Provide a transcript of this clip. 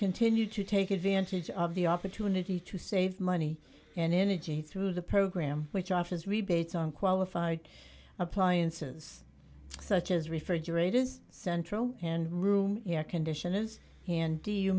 continue to take advantage of the opportunity to save money and energy through the program which offers rebates on qualified appliances such as refrigerators central and room air conditioners and